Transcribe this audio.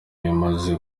bimaze